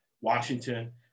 Washington